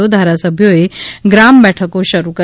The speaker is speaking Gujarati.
ધારાસભ્યોએ ગ્રામ બેઠકો શરૂ કરી